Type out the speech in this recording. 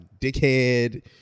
dickhead